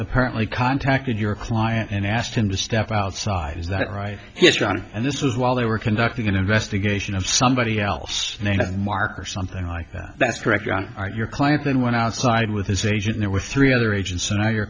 apparently contacted your client and asked him to step outside is that right yesterday and this was while they were conducting an investigation of somebody else named mark or something like that that's correct you are your client then went outside with his agent there were three other agents and now your